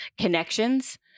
connections